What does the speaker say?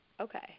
Okay